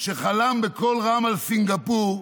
שחלם בקול רם על סינגפור,